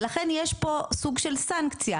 ולכן יש פה סוג של סנקציה,